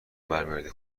برمیگردی